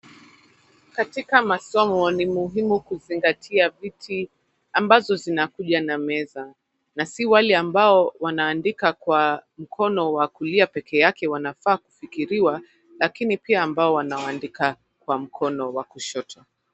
Katika masomo ni muhimu kuzingatia viti ambazo zinakuja na meza na si wale amabo wanaandika kwa mkono wa kulia pekee yake wanafaa kufikiriwa lakini pia ambao wanaandika kwa mkono wa kushoto.